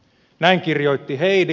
näin kirjoitti heidi